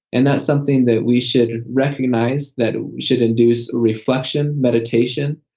and that's something that we should recognize that should induce reflection, meditation,